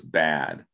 bad